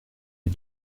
est